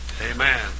Amen